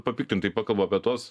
papiktintai pakalbu apie tuos